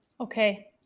Okay